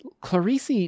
Clarice